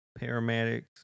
paramedics